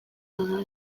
bada